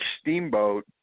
Steamboat